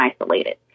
isolated